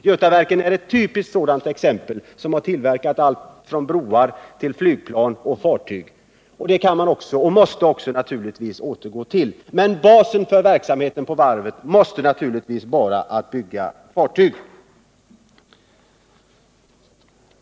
Götaverken, som har tillverkat allt från broar till flygplan och fartyg, är ett typiskt sådant exempel. Men basen för verksamheten på varven måste givetvis vara att bygga fartyg.